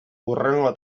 hurrengo